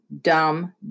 dumb